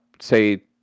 say